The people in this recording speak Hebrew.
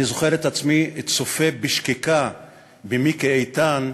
אני זוכר את עצמי צופה בשקיקה במיקי איתן,